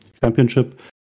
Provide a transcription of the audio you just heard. championship